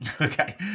okay